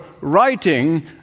writing